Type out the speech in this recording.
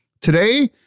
Today